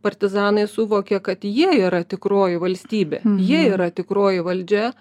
partizanai suvokė kad jie yra tikroji valstybė jie yra tikroji valdžia